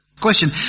question